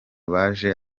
baje